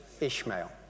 Ishmael